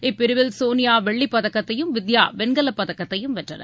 இப்பிரிவில் சோனியா வெள்ளிப் பதக்கத்தையும் வித்யா வெண்கலப் பதக்கத்தையும் வென்றனர்